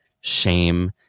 shame